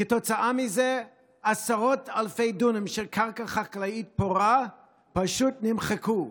כתוצאה מזה עשרות אלפי דונמים של קרקע חקלאית פורה פשוט נמחקו.